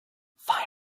finally